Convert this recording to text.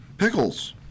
pickles